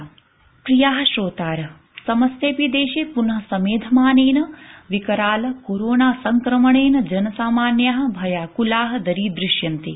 कोविडसन्देश प्रिय श्रोतार समस्तेऽपि देशे पुनः समेधमानेन विकराल कोरोना संक्रमणेन जनसामान्याः भयाकुलाः दरीदृश्यन्ते